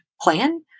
plan